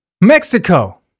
Mexico